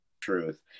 truth